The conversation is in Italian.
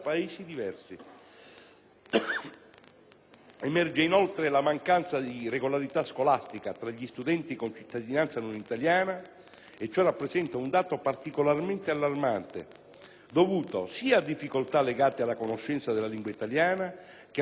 Emerge, inoltre, la mancanza di regolarità scolastica tra gli studenti con cittadinanza non italiana e ciò rappresenta un dato particolarmente allarmante, dovuto sia a difficoltà legate alla conoscenza della lingua italiana, che a problemi di integrazione sociale.